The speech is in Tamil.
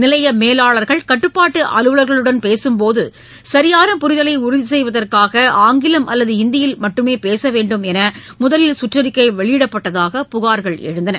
நிலைய மேலாளர்கள் கட்டுப்பாட்டு அலுவலர்களுடன் பேசும் போது சரியான புரிதலை உறுதி செய்வதற்காக ஆங்கிலம் அல்லது ஹிந்தியில் மட்டுமே பேச வேண்டும் என்று முதலில் சுற்றறிக்கை வெளியிடப்பட்டதாக புகார்கள் எழுந்தன